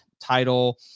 title